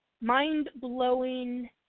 mind-blowing